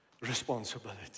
responsibility